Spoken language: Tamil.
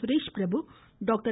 சுரேபிரபு டாக்டர்